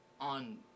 on